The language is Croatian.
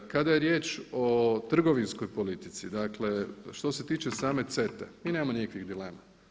Kada je riječ o trgovinskoj politici, dakle što se tiče same CETA-e i nema nikakvih dilema.